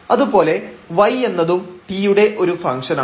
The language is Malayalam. അതുപോലെ y എന്നതും t യുടെ ഒരു ഫംഗ്ഷൻആണ്